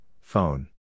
phone